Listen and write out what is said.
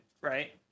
right